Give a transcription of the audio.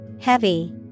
Heavy